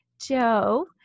Joe